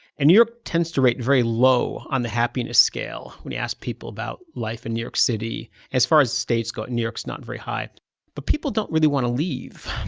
and new york tends to rate very low on the happiness scale when you ask people about life in new york city as far as the states go new york's not very high but people don't really want to leave,